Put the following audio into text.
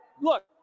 look